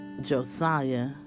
Josiah